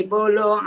Bolo